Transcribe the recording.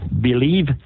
believe